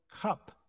cup